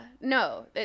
no